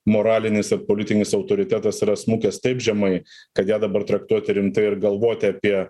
moralinis ir politinis autoritetas yra smukęs taip žemai kad ją dabar traktuoti rimtai ir galvoti apie